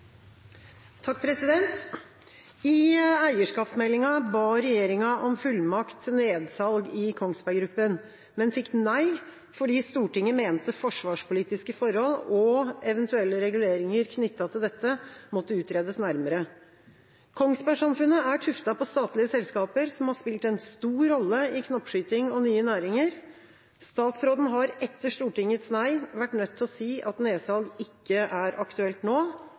nedsalg i Kongsberg Gruppen, men fikk nei fordi Stortinget mente forsvarspolitiske forhold og eventuelle reguleringer knyttet til dette måtte utredes nærmere. Kongsbergsamfunnet er tuftet på statlige selskaper som har spilt en stor rolle i knoppskyting og nye næringer. Statsråden har etter Stortingets nei vært nødt til å si at nedsalg ikke er aktuelt nå.